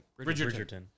Bridgerton